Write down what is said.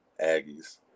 Aggies